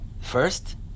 First